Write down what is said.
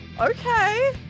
Okay